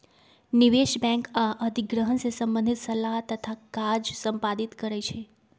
निवेश बैंक आऽ अधिग्रहण से संबंधित सलाह तथा काज संपादित करइ छै